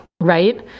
right